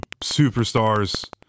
superstars